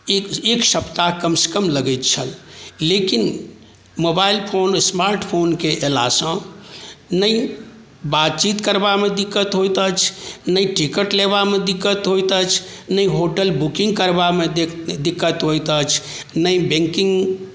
एक सप्ताह कमसँ कम लगैत छल लेकिन फोन स्मार्ट फोनके अएलासँ नहि बातचीत करबामे दिक्कत होइत अछि नहि टिकट लेबामे दिक्कत होइत अछि नहि होटल बुकिङ्ग करबामे दिक्कत होइत अछि नहि बैन्किङ्ग